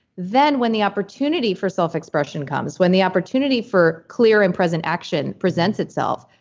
then when the opportunity for self-expression comes, when the opportunity for clear and present action presents itself,